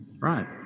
Right